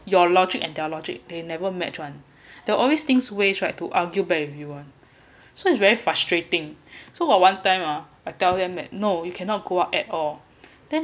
your logic and their logic they never match [one] they always thinks ways right to argue back with you [one] so it's very frustrating so got one time ah I tell them that no you cannot go out at all then hor